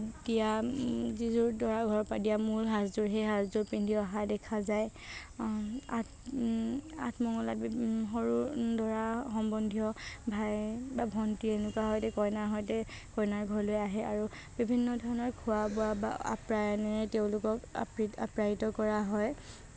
এতিয়া যিযোৰ দৰাঘৰৰ পৰা দিয়া মূলসাজযোৰ সেই সাজযোৰ পিন্ধি অহা দেখা যায় আঠ আঠমঙলাত সৰু দৰাৰ সম্বন্ধীয় ভায়েক বা ভন্টী এনেকুৱা কইনাৰ সৈতে কইনাৰ ঘৰলৈ আহে আৰু বিভিন্নধৰণৰ খোৱা বোৱা বা আপ্যায়নেৰে তেওঁলোকক আপি আপ্যায়িত কৰা হয়